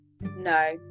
No